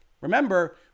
Remember